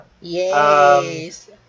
Yes